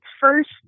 first